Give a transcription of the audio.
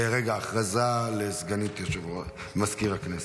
הודעה לסגנית מזכיר הכנסת.